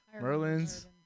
Merlin's